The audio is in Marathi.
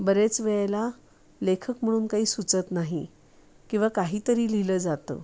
बरेच वेळेला लेखक म्हणून काही सुचत नाही किंवा काहीतरी लिहिलं जातं